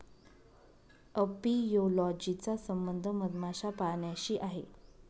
apiology चा संबंध मधमाशा पाळण्याशी आहे